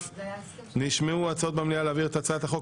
בנוסף נשמעו הצעות במליאה להעביר את הצעת החוק